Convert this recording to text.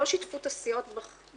לא שיתפו את הסיעות בהרכבים.